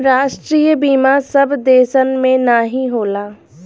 राष्ट्रीय बीमा सब देसन मे नाही होला